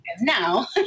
now